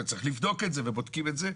צריך לבדוק את זה ובודקים את זה.